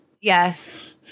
Yes